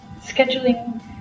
scheduling